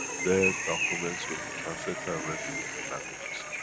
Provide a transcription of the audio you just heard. their documents will be transferred and read in different languages.